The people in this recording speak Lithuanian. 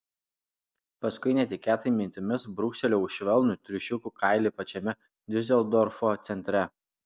paskui netikėtai mintimis brūkštelėjau švelnų triušiukų kailį pačiame diuseldorfo centre